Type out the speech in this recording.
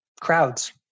crowds